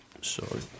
Sorry